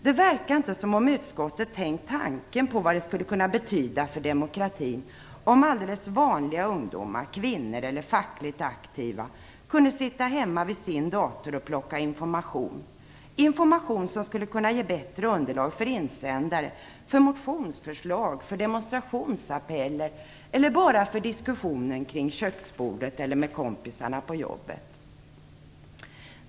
Det verkar inte som om utskottet tänkt tanken vad det skulle betyda för demokratin om alldeles vanliga ungdomar, kvinnor eller fackligt aktiva kunde sitta hemma vid sin dator och plocka fram information - information som kunde ge bättre underlag för insändare, motionsförslag, demonstrationsapeller eller bara för diskussioner kring köksbordet eller med kompisarna på jobbet.